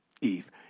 Eve